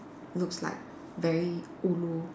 looks like very ulu